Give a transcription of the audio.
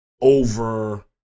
over